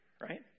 right